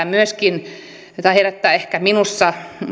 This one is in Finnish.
myöskin herättää minussa